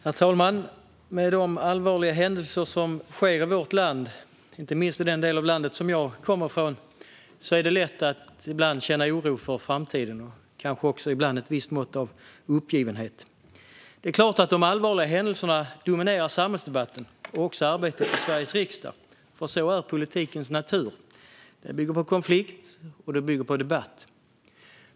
Herr talman! Med de allvarliga händelser som sker i vårt land och inte minst i den del av landet som jag kommer ifrån är det lätt att ibland känna oro inför framtiden. Kanske känner man även ett visst mått av uppgivenhet. Dessa allvarliga händelser dominerar såklart samhällsdebatten och även arbetet i Sveriges riksdag, för sådan är politikens natur. Den bygger på konflikt och debatt.